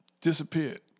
disappeared